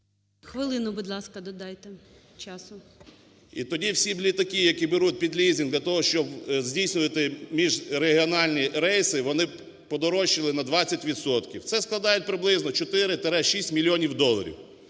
Хвилину, будь ласка, додайте, часу. БУРБАК М.Ю. І тоді б всі літаки, які беруть під лізинг для того, щоб здійснювати міжрегіональні рейси, вони подорожчали на 20 відсотків. Це складає приблизно 4-6 мільйонів доларів.